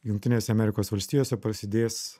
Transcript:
jungtinėse amerikos valstijose prasidės